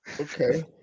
Okay